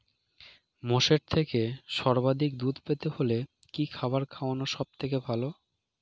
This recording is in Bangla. মোষের থেকে সর্বাধিক দুধ পেতে হলে কি খাবার খাওয়ানো সবথেকে ভালো?